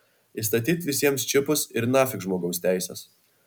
įstatyt visiems čipus ir nafik žmogaus teisės